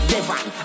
Devon